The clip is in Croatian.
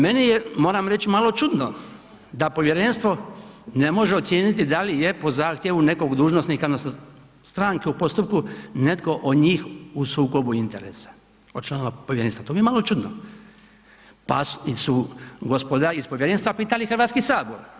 Meni je moram reći malo čudno da povjerenstvo ne može ocijeniti da li je po zahtjevu nekog dužnosnika odnosno stranke u postupku netko od njih u sukobu interesa od članova povjerenstva, to mi je malo čudno, pa su gospoda iz povjerenstva pitali Hrvatski sabor.